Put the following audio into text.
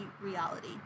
reality